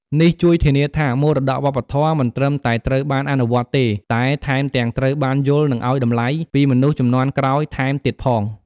នេះជួយធានាថា មរតកវប្បធម៌មិនត្រឹមតែត្រូវបានអនុវត្តទេ តែថែមទាំងត្រូវបាន យល់ និងឲ្យតម្លៃ ពីមនុស្សជំនាន់ក្រោយថែមទៀតផង។